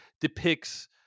depicts